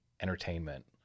entertainment